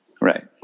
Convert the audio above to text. Right